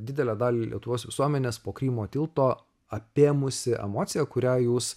didelę dalį lietuvos visuomenės po krymo tilto apėmusi emocija kurią jūs